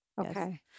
Okay